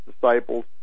disciples